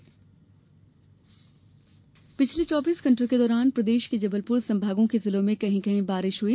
मौसम पिछले चौबीस घंटों के दौरान प्रदेश के जबलपुर संभागों के जिलों में कहीं कहीं बारिश हुई